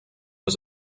was